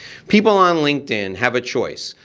people on linkedin have a choice.